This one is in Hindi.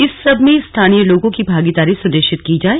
इस सब में स्थानीय लोगों की भागीदारी सुनिश्चित की जाए